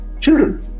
children